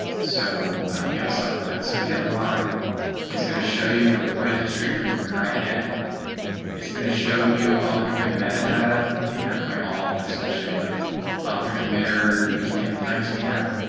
so yeah, let's talk about that. so get log is going to show you the recorded history from your current head it's going to show you all the commit meta data, maybe not quite all but it's going to show you like author and commit or username and timestamp.